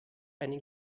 einen